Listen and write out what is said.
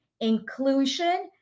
inclusion